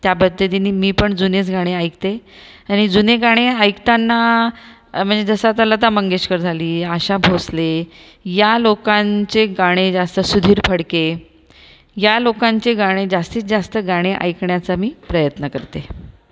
त्या पद्धतीने मी पण जुनेच गाणे ऐकते आणि जुने गाणे ऐकताना म्हणजे जसं लता मंगेशकर झाली आशा भोसले या लोकांचे गाणे जास्त सुधीर फडके या लोकांचे गाणे जास्ती जास्त गाणे ऐकण्याचा मी प्रयत्न करते